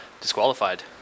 disqualified